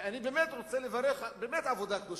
ואני באמת רוצה לברך: באמת עבודה קדושה.